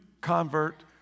convert